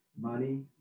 Money